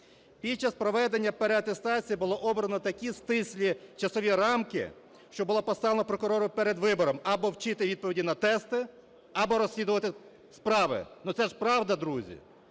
Під час проведення переатестації було обрано такі стислі часові рамки, що було поставлено прокурорів перед вибором: або вчити відповіді на тести, або розслідувати справи. Ну, це ж правда, друзі.